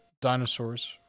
dinosaurs